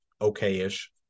okay-ish